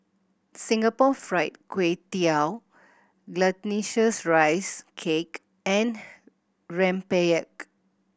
Singapore Fried Kway Tiao Glutinous Rice Cake and rempeyek